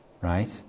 right